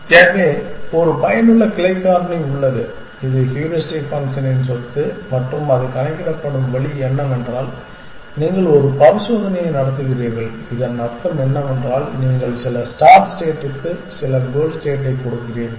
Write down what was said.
எனவே ஒரு பயனுள்ள கிளைக் காரணி உள்ளது இது ஹூரிஸ்டிக் ஃபங்க்ஷனின் சொத்து மற்றும் அது கணக்கிடப்படும் வழி என்னவென்றால் நீங்கள் ஒரு பரிசோதனையை நடத்துகிறீர்கள் இதன் அர்த்தம் என்னவென்றால் நீங்கள் சில ஸ்டார்ட் ஸ்டேட்டுக்கு சில கோல் ஸ்டேட்டைக் கொடுக்கிறீர்கள்